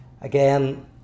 again